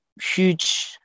huge